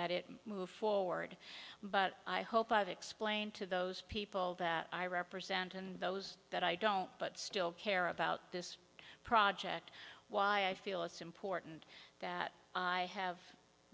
that it moves forward but i hope i've plain to those people that i represent and those that i don't but still care about this project why i feel it's important that i have